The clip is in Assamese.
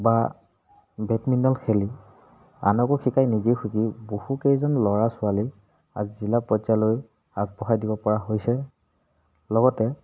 বা বেডমিণ্টন খেলি আনকো শিকাই নিজে শিকি বহুকেইজন ল'ৰা ছোৱালী আজি জিলা পৰ্যায়লৈ আগবঢ়াই দিব পৰা হৈছে লগতে